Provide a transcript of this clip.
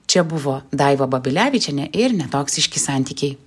čia buvo daiva babilevičienė ir netoksiški santykiai